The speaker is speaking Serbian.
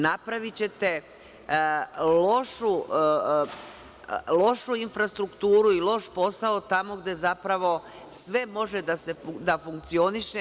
Napravićete lošu infrastrukturu i loš posao tamo gde zapravo sve može da funkcioniše.